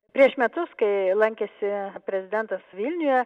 prieš metus kai lankėsi prezidentas vilniuje